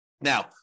Now